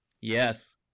Yes